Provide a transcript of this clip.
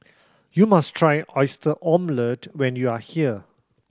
you must try Oyster Omelette when you are here